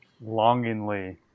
Longingly